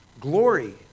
glory